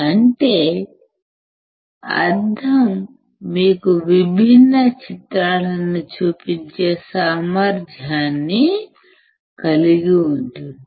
అంటే అద్దం మీకు విభిన్న చిత్రాలను చూపించే సామర్థ్యాన్ని కలిగి ఉంటుంది